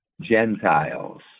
Gentiles